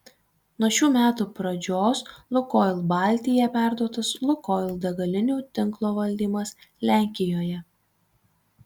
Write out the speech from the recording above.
nuo šių metų pradžios lukoil baltija perduotas lukoil degalinių tinklo valdymas lenkijoje